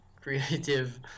creative